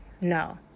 No